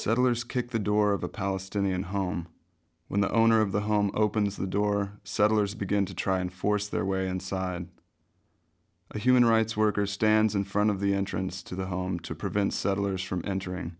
settlers kick the door of the palestinian home when the owner of the home opens the door settlers begin to try and force their way inside a human rights worker stands in front of the entrance to the home to prevent settlers from entering